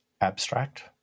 abstract